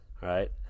right